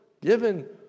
given